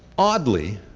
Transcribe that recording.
oddly,